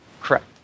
correct